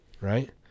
right